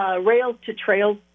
rails-to-trails